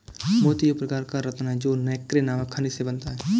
मोती एक प्रकार का रत्न है जो नैक्रे नामक खनिज से बनता है